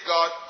God